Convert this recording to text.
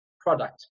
product